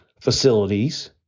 facilities